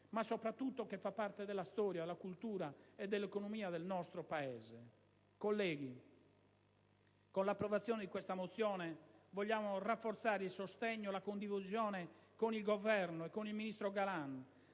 ma soprattutto che fa parte della storia, della cultura e dell'economia del nostro Paese. Colleghi, con l'approvazione di questa mozione, vogliamo rafforzare il sostegno e la condivisione con il Governo e con il ministro Galan